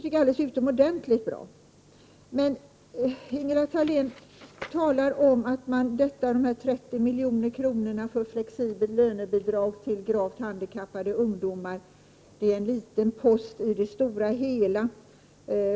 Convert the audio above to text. Men Ingela Thalén talar om att dessa 30 milj.kr. för flexibla lönebidrag till gravt handikappade ungdomar är en liten post i det stora hela.